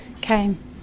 came